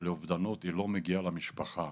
לאובדנות היא לא מגיעה למשפחה,